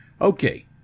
Okay